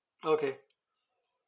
okay